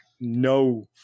no